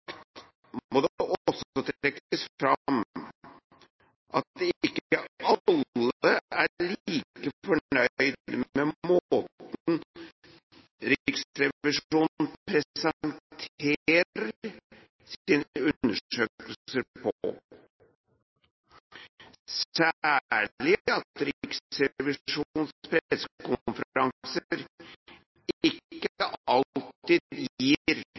må det også trekkes fram at ikke alle er like fornøyd med måten Riksrevisjonen presenterer sine undersøkelser på, særlig at Riksrevisjonens pressekonferanser ikke alltid gir